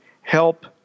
help